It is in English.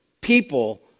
people